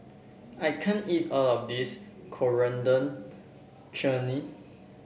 I can't eat all of this Coriander Chutney